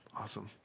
Awesome